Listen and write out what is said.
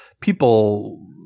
people